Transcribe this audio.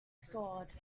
stored